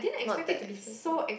not that expensive